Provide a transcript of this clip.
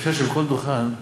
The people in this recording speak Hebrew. אפשר שבכל דוכן,